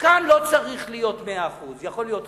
לא צריך להיות 100%. יכול להיות 50%,